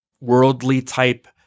worldly-type